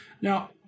Now